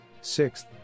Sixth